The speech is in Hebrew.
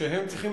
שהם צריכים